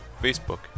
Facebook